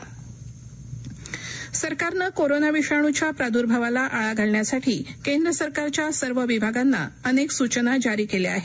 सुचना सरकारनं कोरोना विषाणूच्या प्रादुर्भावाला आळा घालण्यासाठी केंद्र सरकारच्या सर्व विभागांना अनेक सूचना जारी केल्या आहेत